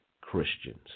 Christians